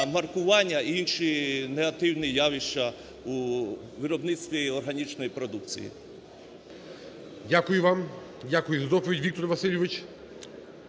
маркування і інші негативні явища у виробництві органічної продукції. ГОЛОВУЮЧИЙ. Дякую вам, дякую за доповідь, Віктор Васильович.